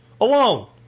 alone